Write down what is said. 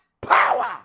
power